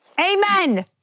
Amen